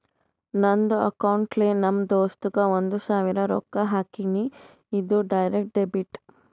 ನಂದ್ ಅಕೌಂಟ್ಲೆ ನಮ್ ದೋಸ್ತುಗ್ ಒಂದ್ ಸಾವಿರ ರೊಕ್ಕಾ ಹಾಕಿನಿ, ಇದು ಡೈರೆಕ್ಟ್ ಡೆಬಿಟ್